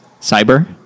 Cyber